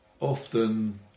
often